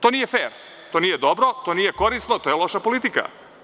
To nije fer, to nije dobro, to nije korisno, to je loša politika.